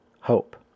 hope